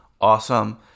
awesome